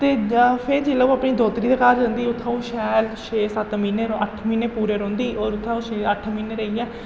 ते फिर जेल्लै ओह् अपनी दोह्तरी दे घर जंदी उत्थुं ओह् शैल छे सत्त म्हीने अट्ठ म्हीने पूरे रौंह्दी होर उत्थें ओह् अट्ठ म्हीने रेहियै